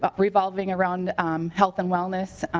but re volving around health and wellness